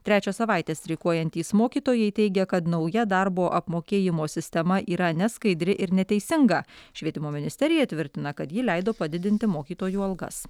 trečią savaitę streikuojantys mokytojai teigia kad nauja darbo apmokėjimo sistema yra neskaidri ir neteisinga švietimo ministerija tvirtina kad ji leido padidinti mokytojų algas